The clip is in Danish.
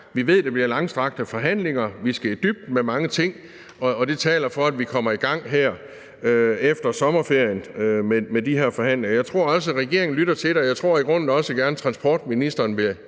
Vi ved, det bliver nogle langstrakte forhandlinger. Vi skal i dybden med mange ting, og det taler for, at vi kommer i gang her efter sommerferien med de her forhandlinger. Jeg tror også, at regeringen lytter til det, og jeg tror i grunden også gerne, at transportministeren vil